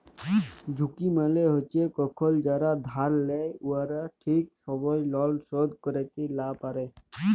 ঝুঁকি মালে হছে কখল যারা ধার লেই উয়ারা ঠিক সময়ে লল শোধ ক্যইরতে লা পারে